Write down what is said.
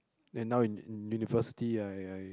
then now in in university I I